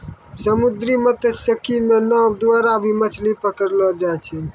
समुन्द्री मत्स्यिकी मे नाँव द्वारा भी मछली पकड़लो जाय छै